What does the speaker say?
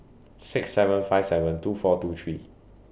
six seven five seven two four two three